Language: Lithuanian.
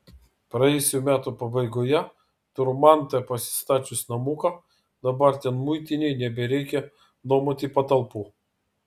praėjusių metų pabaigoje turmante pasistačius namuką dabar ten muitinei nebereikia nuomoti patalpų